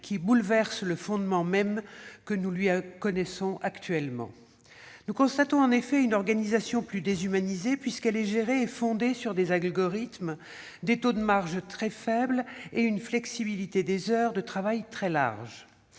qui bouleverse le fondement même que nous lui connaissons actuellement. Nous constatons en effet une organisation plus déshumanisée, puisqu'elle est gérée et fondée sur des algorithmes, des taux de marge très faibles et une flexibilité des heures de travail très large.